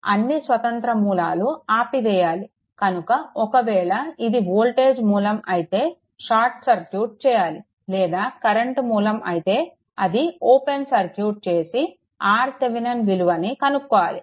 కాబట్టి అన్నీ స్వతంత్ర మూలాలు ఆపివేయాలి కనుక ఒకవేళ అది వోల్టేజ్ మూలం అయితే షార్ట్ సర్క్యూట్ చేయాలి లేదా కరెంట్ మూలం అయితే అది ఓపెన్ సర్క్యూట్ చేసి RThevenin విలువను కనుక్కోవాలి